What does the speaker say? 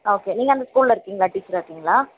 okay நீங்கள் அந்த ஸ்கூல்ல இருக்கிங்களா டீச்சராக இருக்கீங்களா